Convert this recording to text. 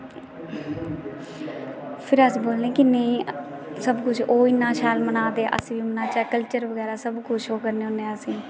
फिर अस बोलने कि नेईं सब कुछ ओह् इन्ना शैल मना दे अस बी मनाचै कल्चर बगैरा सब कुछ ओह् करने होन्ने अस